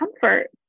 comfort